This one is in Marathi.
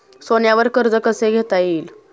सोन्यावर कर्ज कसे घेता येईल?